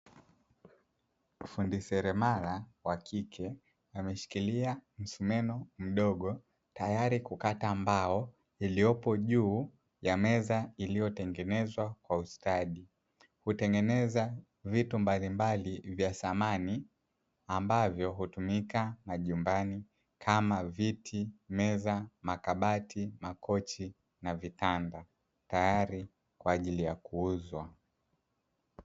Fundi seremala wa kike ameshikilia msumeno mdogo, tayari kukata mbao iliyopo juu ya meza iliyotengenezwa kwa ustadi. Kutengeneza vitu mbali mbali vya samani ambavyo hutumika majumbani kama viti, meza, makabati, makochi na vitanda tayari kwa ajili ya kuuzwa.